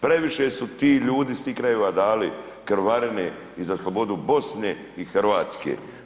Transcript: Previše su ti ljudi iz tih krajeva dali krvarine i za slobodu Bosne i Hrvatske.